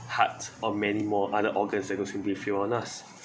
heart or many more other organs that qwill simply fail on us